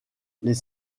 les